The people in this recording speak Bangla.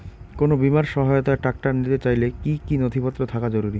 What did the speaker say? কোন বিমার সহায়তায় ট্রাক্টর নিতে চাইলে কী কী নথিপত্র থাকা জরুরি?